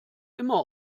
immer